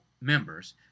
members